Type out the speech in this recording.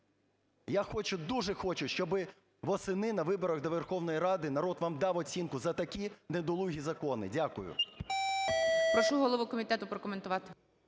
дуже хочу, щоби восени на виборах до Верховної Ради народ вам дав оцінку за такі недолугі закони. Дякую. ГОЛОВУЮЧИЙ. Прошу голову комітету прокоментувати.